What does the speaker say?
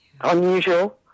Unusual